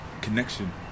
connection